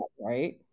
right